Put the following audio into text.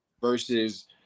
versus